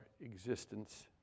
existence